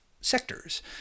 sectors